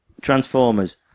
Transformers